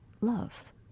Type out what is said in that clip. love